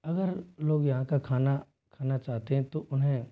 अगर लोग यहाँ का खाना खाना चाहते हैं तो उन्हें